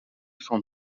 from